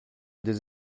des